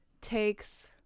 takes